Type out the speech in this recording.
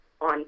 on